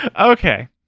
Okay